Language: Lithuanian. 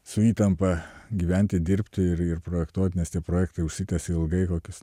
su įtampa gyventi dirbti ir ir projektuot nes tie projektai užsitęsia ilgai kokius